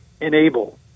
enable